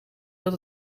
dat